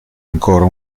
ancora